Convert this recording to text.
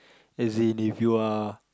as in if you are